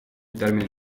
termini